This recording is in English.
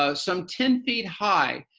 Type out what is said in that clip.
ah some ten feet high,